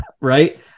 right